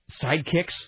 sidekicks